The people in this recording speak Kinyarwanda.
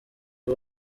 b’u